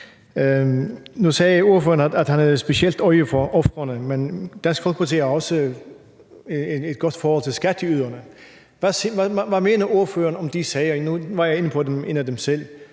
Nu sagde ordføreren, at han havde specielt øje for ofrene, men Dansk Folkeparti har også et godt forhold til skatteyderne. Hvad mener ordføreren om de sager – nu var jeg selv inde på en af dem –